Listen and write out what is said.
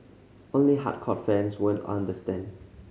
only hardcore fans would understand